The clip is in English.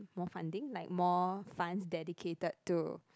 for funding like more fund delicated to